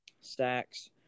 Stacks